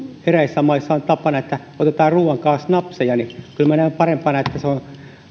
eräissä maissa on tapana että otetaan ruuan kanssa snapseja eli kyllä minä näen parempana että se on